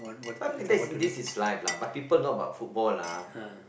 something that's this is life lah but people know about football lah